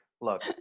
look